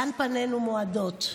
לאן פנינו מועדות.